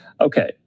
Okay